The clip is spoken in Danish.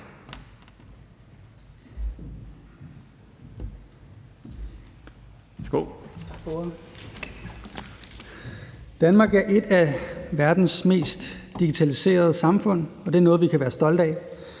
Danmark er et af verdens mest digitaliserede samfund, og det er noget, vi kan være stolte af.